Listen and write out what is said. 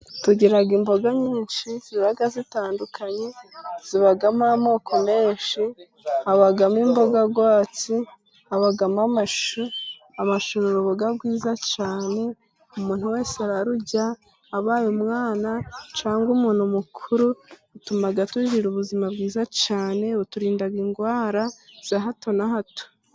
Tugira imboga nyinshi ziba zitandukanye zibamo amoko menshi habamo imboga rwatsi, habamo amashu. Amashu ni uruboga rwiza cyane, umuntu wese ararurya abaye umwana cyangwa umuntu mukuru, rutuma tugira ubuzima bwiza cyane, ruturinda indwara za hato na hato.